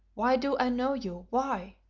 why do i know you? why?